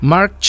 Mark